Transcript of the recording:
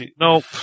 Nope